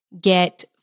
get